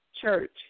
church